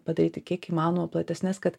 padaryti kiek įmanoma platesnes kad